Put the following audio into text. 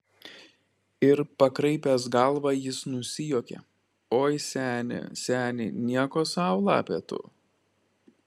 ir pakraipęs galvą jis nusijuokė oi seni seni nieko sau lapė tu